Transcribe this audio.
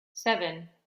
seven